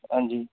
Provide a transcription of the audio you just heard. हां जी